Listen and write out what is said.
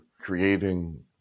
creating